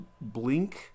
blink